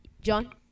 John